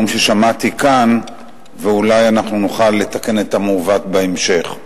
ששמעתי כאן ואולי אנחנו נוכל לתקן את המעוות בהמשך.